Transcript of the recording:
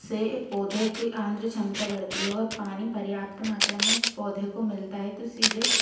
से पौधे की आंद्र क्षमता बढ़ती है और पानी पर्याप्त मात्रा में पौधे को मिलता है तो सीधे